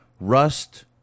Rust